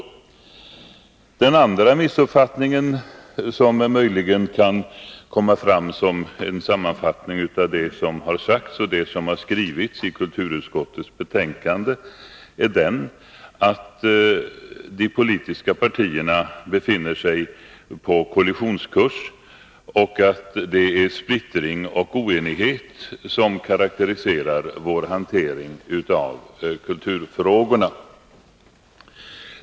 Den andra missuppfattning som möjligen kan komma fram som en sammanfattning av det som sagts och av det som skrivits i kulturutskottets betänkande är den att de politiska partierna befinner sig på kollisionskurs och att det är splittring och oenighet som karakteriserar vår hantering av kulturfrågorna.